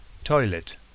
Toilet